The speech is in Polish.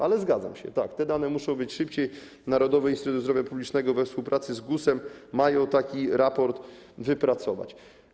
Ale zgadzam się, że te dane muszą być szybciej, Narodowy Instytut Zdrowia Publicznego we współpracy z GUS-em mają taki raport wypracować.